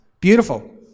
Beautiful